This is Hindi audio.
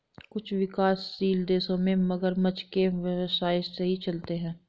कुछ विकासशील देशों में मगरमच्छ के व्यवसाय सही चलते हैं